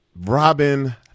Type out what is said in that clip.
Robin